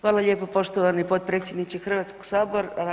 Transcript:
Hvala lijepo poštovani potpredsjedniče Hrvatskoga sabora.